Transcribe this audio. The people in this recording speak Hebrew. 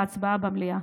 להצבעה במליאה.